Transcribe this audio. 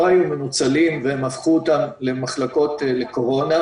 היו מנוצלים והם הפכו אותם למחלקות לקורונה.